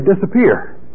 disappear